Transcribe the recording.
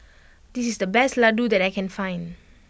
this is the best Ladoo that I can find